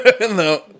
no